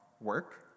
work